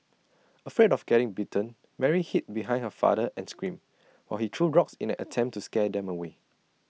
afraid of getting bitten Mary hid behind her father and screamed while he threw rocks in an attempt to scare them away